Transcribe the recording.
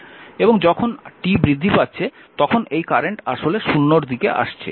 এবং যখন t বৃদ্ধি পাচ্ছে তখন এই কারেন্ট আসলে 0 এর দিকে আসছে